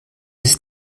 ist